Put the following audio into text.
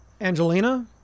Angelina